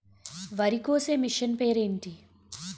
వరి కోసే మిషన్ పేరు ఏంటి